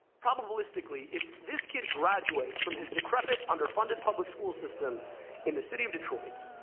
probabilistically, if this kid graduates from his decrepit, underfunded public school system in the city of detroit,